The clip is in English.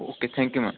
okay thank you ma'am